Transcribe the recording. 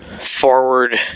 Forward